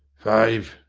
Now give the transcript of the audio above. five,